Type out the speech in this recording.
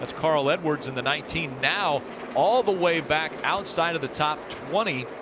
but carl edwards in the nineteen now all of the way back outside of the top twenty.